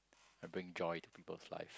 I bring joy to people's life